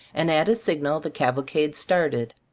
and at a signal the cavalcade started.